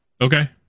Okay